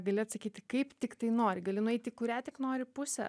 gali atsakyti kaip tiktai nori gali nueiti į kurią tik nori pusę